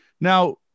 Now